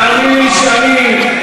תאמין לי שאני,